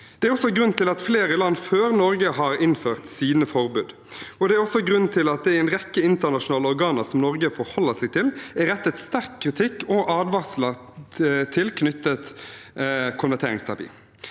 Det er også grunnen til at flere land før Norge har innført sine forbud, og det er også grunnen til at det i en rekke internasjonale organer som Norge forholder seg til, er rettet sterk kritikk og advarsler mot konverteringsterapi,